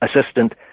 assistant